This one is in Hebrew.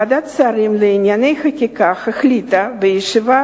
ועדת השרים לענייני חקיקה החליטה בישיבה